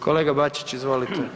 Kolega Bačić, izvolite.